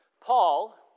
Paul